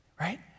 right